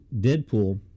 Deadpool